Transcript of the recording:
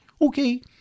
Okay